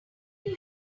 have